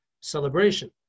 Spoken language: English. celebration